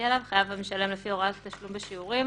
(חייב המשלם לפי הוראה לתשלום בשיעורים),